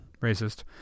racist